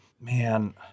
Man